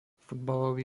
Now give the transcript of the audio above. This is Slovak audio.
futbalový